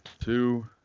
two